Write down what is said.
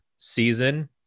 season